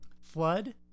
Flood